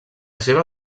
seva